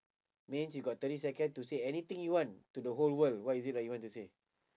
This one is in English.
means you got thirty second to say anything you want to the whole world what is it that you want to say